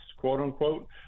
quote-unquote